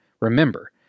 remember